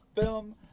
film